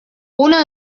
uno